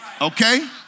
Okay